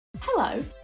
Hello